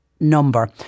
Number